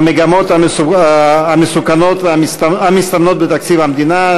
המגמות המסוכנות המסתמנות בתקציב המדינה,